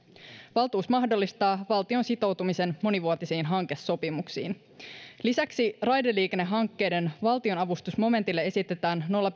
valtuus mahdollistaa valtion sitoutumisen monivuotisiin hankesopimuksiin lisäksi raideliikennehankkeiden valtionavustusmomentille esitetään nolla